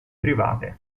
private